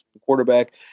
quarterback